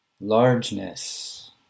Largeness